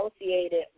associated